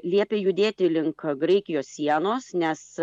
liepia judėti link graikijos sienos nes